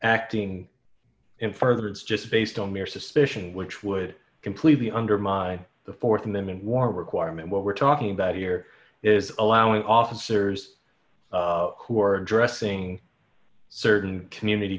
acting in further is just based on mere suspicion which would completely undermine the th amendment warrant requirement what we're talking about here is allowing officers who are addressing certain community